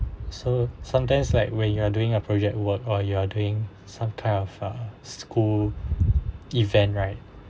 so sometimes like when you are doing a project work or you are doing some kind of a school event right